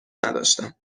نداشتم